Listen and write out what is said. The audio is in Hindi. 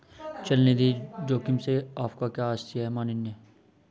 चल निधि जोखिम से आपका क्या आशय है, माननीय?